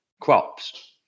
crops